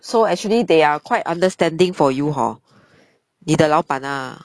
so actually they are quite understanding for you hor 你的老板 ah